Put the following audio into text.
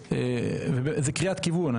זה קריאת כיוון,